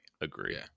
Agree